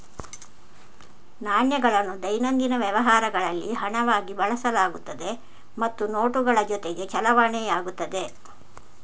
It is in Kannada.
ನಾಣ್ಯಗಳನ್ನು ದೈನಂದಿನ ವ್ಯವಹಾರಗಳಲ್ಲಿ ಹಣವಾಗಿ ಬಳಸಲಾಗುತ್ತದೆ ಮತ್ತು ನೋಟುಗಳ ಜೊತೆಗೆ ಚಲಾವಣೆಯಾಗುತ್ತದೆ